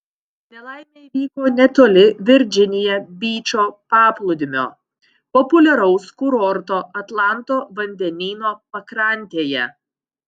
nelaimė įvyko netoli virdžinija byčo paplūdimio populiaraus kurorto atlanto vandenyno pakrantėje